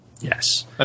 Yes